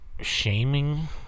shaming